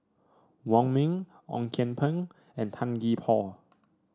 Wong Ming Ong Kian Peng and Tan Gee Paw